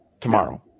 tomorrow